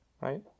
Right